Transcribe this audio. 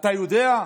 אתה יודע?